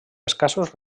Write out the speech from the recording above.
escassos